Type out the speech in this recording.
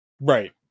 Right